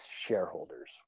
shareholders